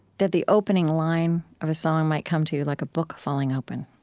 that the opening line of a song might come to you like a book falling open.